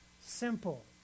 Simple